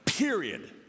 Period